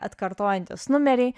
atkartojantys numeriai